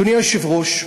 אדוני היושב-ראש,